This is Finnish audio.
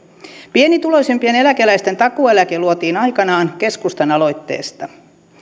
pienituloisempien eläkeläisten takuueläke luotiin aikanaan keskustan aloitteesta